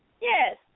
Yes